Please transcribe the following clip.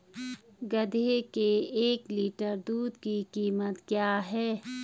गधे के एक लीटर दूध की कीमत क्या है?